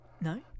No